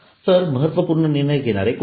तर महत्त्वपूर्ण निर्णय घेणारे कोण आहेत